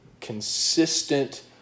consistent